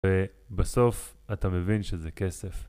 ובסוף אתה מבין שזה כסף.